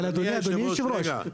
אדוני היושב-ראש,